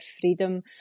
freedom